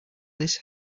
this